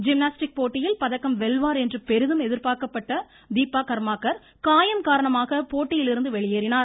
gymnastic போட்டியில் பதக்கம் வெல்வார் என்று பெரிதும் எதிர்பார்க்கப்பட்ட தீபா கர்மாகர் காயம் காரணமாக போட்டியிலிருந்து வெளியேறினார்